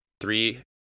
three